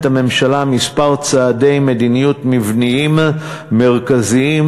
הממשלה כמה צעדי מדיניות מבניים מרכזיים,